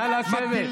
נא לשבת.